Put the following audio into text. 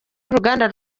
y’uruganda